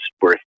worth